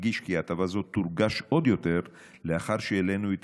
אדגיש כי הטבה זו תורגש עוד יותר לאחר שהעלינו את